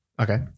Okay